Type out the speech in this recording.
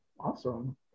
awesome